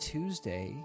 Tuesday